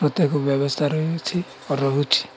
ପ୍ରତ୍ୟେକ ବ୍ୟବସ୍ଥା ରହିଅଛି ରହୁଛି